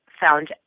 found